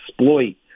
exploit